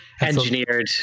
engineered